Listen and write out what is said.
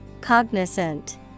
Cognizant